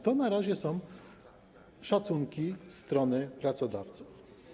To na razie są szacunki ze strony pracodawców.